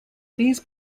these